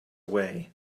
way